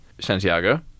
Santiago